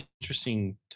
interesting